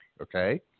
Okay